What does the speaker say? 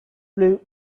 blue